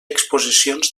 exposicions